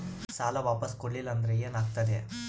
ಸಾಲ ವಾಪಸ್ ಕೊಡಲಿಲ್ಲ ಅಂದ್ರ ಏನ ಆಗ್ತದೆ?